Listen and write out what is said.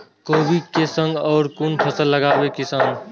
कोबी कै संग और कुन फसल लगावे किसान?